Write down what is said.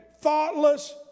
thoughtless